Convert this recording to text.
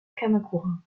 kamakura